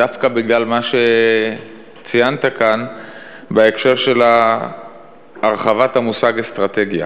דווקא בגלל מה שציינת כאן בהקשר של הרחבת המושג אסטרטגיה